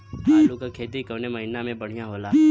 आलू क खेती कवने महीना में बढ़ियां होला?